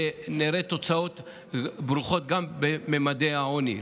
נראה תוצאות ברוכות גם במדדי העוני.